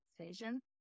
decision